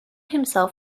himself